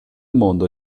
mondo